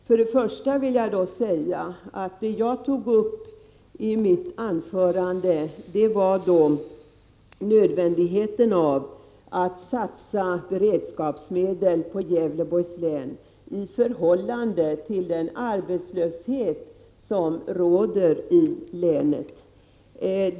Jag vill emellertid till att börja med säga att det jag tog upp i mitt anförande gällde nödvändigheten av att satsa beredskapsmedel till Gävleborgs län i förhållande till den arbetslöshet som råder där.